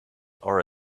are